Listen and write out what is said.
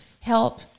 help